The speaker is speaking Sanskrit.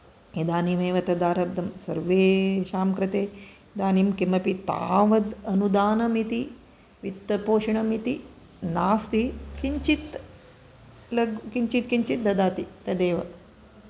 इदानीमेव तदारब्धं सर्वेषां कृते इदानीं किमपि तावद् अनुदानमिति वित्तपोषणमिति नास्ति किञ्चित् किञ्चित् किञ्चित् ददाति तदेव